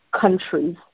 countries